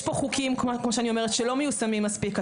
יש פה חוקים כמו שאני אומרת שלא מיושמים מספיק.